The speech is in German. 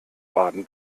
baden